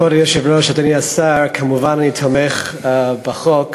כבוד היושב-ראש, אדוני השר, כמובן, אני תומך בחוק.